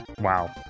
Wow